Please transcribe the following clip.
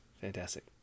fantastic